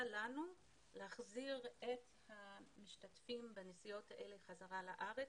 לנו להחזיר המשתתפים בנסיעות האלה לארץ,